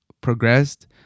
progressed